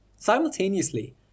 Simultaneously